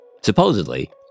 Supposedly